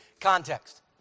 context